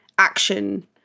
action